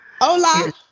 Hola